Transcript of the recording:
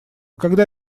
когда